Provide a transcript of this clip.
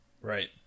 Right